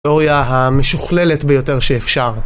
תאוריה המשוכללת ביותר שאפשר